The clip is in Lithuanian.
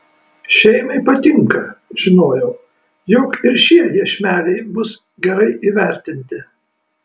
šeimai patinka žinojau jog ir šie iešmeliai bus gerai įvertinti